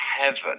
heaven